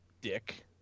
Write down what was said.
dick